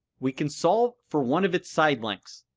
we can solve for one of its side length.